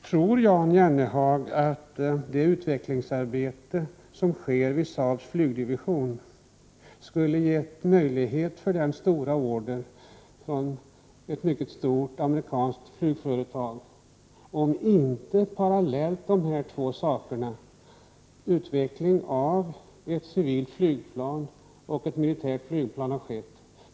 Tror Jan Jennehag att det utvecklingsarbete som bedrivs vid Saabs flygdivision skulle ha kunnat ge möjlighet till den stora order som företaget fått från ett mycket stort amerikanskt flygföretag, om inte utvecklingen av ett civilt flygplan och ett militärt flygplan hade skett parallellt?